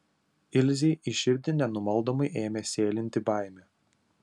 ilzei į širdį nenumaldomai ėmė sėlinti baimė